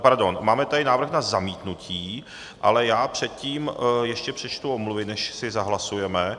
Pardon, máme tady návrh na zamítnutí, ale já předtím ještě přečtu omluvy, než si zahlasujeme.